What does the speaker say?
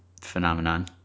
phenomenon